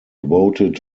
voted